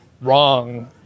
wrong